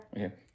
Okay